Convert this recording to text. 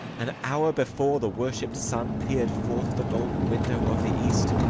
an hour before the worshipp'd sun peer'd forth the golden window of the east,